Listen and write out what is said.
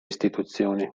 istituzioni